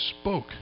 spoke